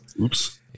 Oops